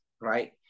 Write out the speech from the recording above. right